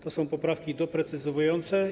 To są poprawki doprecyzowujące.